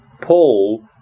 Paul